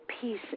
peace